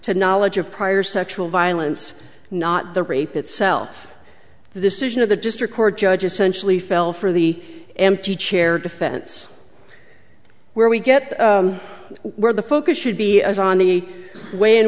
to knowledge of prior sexual violence not the rape itself the decision of the district court judge essentially fell for the empty chair defense where we get the word the focus should be is on the way in